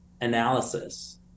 analysis